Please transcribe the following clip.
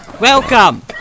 Welcome